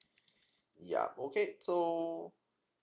yeah okay so